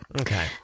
Okay